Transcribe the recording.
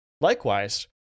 Likewise